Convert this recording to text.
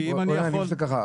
בוא נעשה ככה.